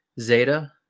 Zeta